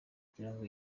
kugirango